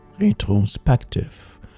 Retrospective